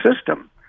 system